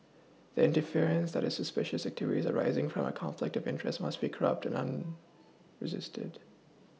the inference that the suspicious activities arising from a conflict of interest must be corrupt and resisted